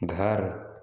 घर